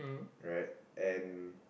right and